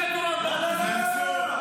גם אתה שיתפת פעולה עם תומכי טרור באופוזיציה.